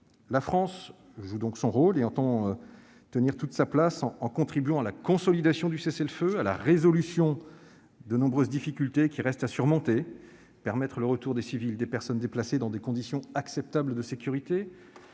La France joue donc son rôle et entend tenir toute sa place en contribuant à la consolidation du cessez-le-feu et à la résolution des nombreuses difficultés qui restent à surmonter, notamment pour rendre possible le retour des civils et des personnes déplacées dans des conditions acceptables de sécurité